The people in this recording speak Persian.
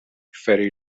فری